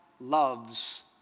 loves